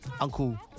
Uncle